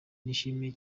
nishimiye